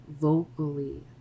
vocally